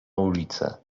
ulicę